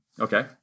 Okay